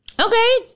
Okay